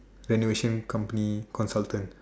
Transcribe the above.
renovation company called falcon